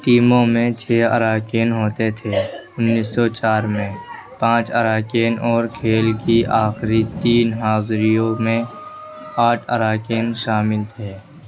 ٹیموں میں چھ اراکین ہوتے تھے انیس سو چار میں پانچ اراکین اور کھیل کی آخری تین حاضریوں میں آٹھ اراکین شامل تھے